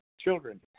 children